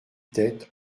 tête